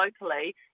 locally